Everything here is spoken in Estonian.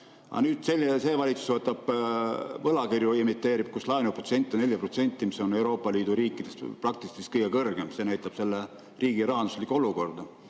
nüüd see valitsus emiteerib võlakirju, kus laenuprotsent on 4%, mis on Euroopa Liidu riikidest praktiliselt kõige kõrgem. See näitab selle riigi rahanduslikku olukorda.